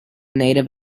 native